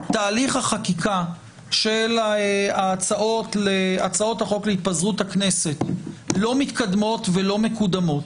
תהליך החקיקה של הצעות החוק להתפזרות הכנסת לא מתקדמות ולא מקודמות,